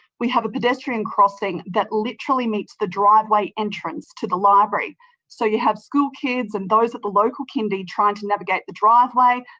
we have a pedestrian crossing that literally meets the driveway entrance to the library so you have school kids and those at the local kindy trying to navigate the driveway,